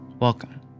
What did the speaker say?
Welcome